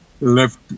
left